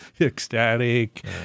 ecstatic